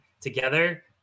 together